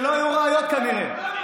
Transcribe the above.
שלא יהיו ראיות כנראה.